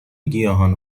گیاهان